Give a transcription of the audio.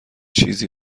چیزی